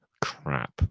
crap